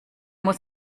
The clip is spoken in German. muss